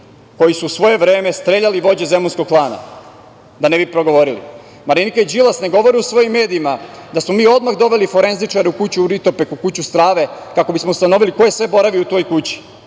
koji su u svoje vreme streljali vođe Zemunskog klana da ne bi progovorili. Marinika i Đilas ne govore u svojim medijima da smo mi odmah doveli forenzičare u kuću u Ritopeku, u kuću strave kako bismo ustanovili koje sve boravio u toj kući